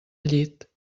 llit